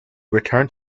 returned